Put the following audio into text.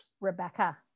Rebecca